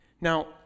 Now